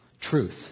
truth